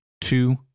two